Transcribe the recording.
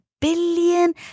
billion